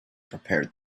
prepared